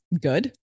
Good